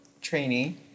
trainee